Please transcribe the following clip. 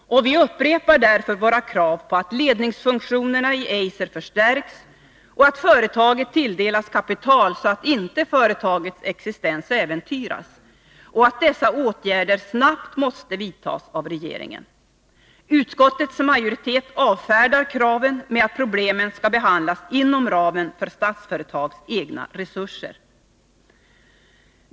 Vi upprepar därför våra krav på att ledningsfunktionerna i Eiser skall förstärkas och att företaget skall tilldelas kapital, så att inte företagets existens äventyras. Dessa åtgärder måste snabbt vidtas av regeringen. Utskottets majoritet avfärdar kraven med att problemen skall lösas inom ramen för Statsföretags egna resurser.